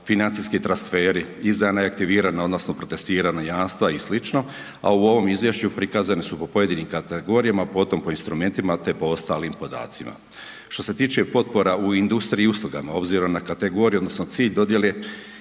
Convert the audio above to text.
financijski transferi, izdana i aktivirana odnosno protestirana jamstva i slično, a u ovom izvješću prikazane su po pojedinim kategorijama, potom po instrumentima te po ostalim podacima. Što se tiče potpora u industriji i uslugama, obzirom na kategorije odnosno cilj dodjele